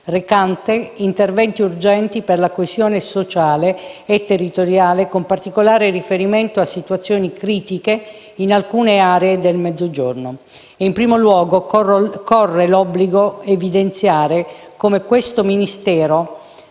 recante «Interventi urgenti per la coesione sociale e territoriale, con particolare riferimento a situazioni critiche in alcune aree del Mezzogiorno». In primo luogo corre l'obbligo di evidenziare come questo Ministero